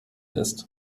ist